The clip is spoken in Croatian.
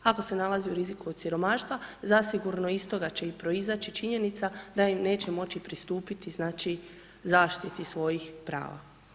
Ako se nalazi u riziku od siromaštva, zasigurno iz toga će i proizaći činjenica da i neće moći pristupiti, znači, zaštiti svojih prava.